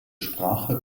sprache